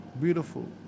beautiful